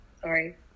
sorry